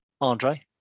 Andre